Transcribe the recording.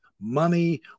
money